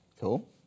Cool